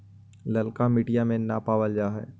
ललका मिटीया न पाबल जा है?